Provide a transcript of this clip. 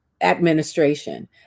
administration